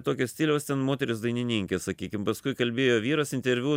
tokio stiliaus ten moterys dainininkės sakykim paskui kalbėjo vyras interviu